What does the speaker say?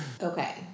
Okay